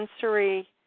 sensory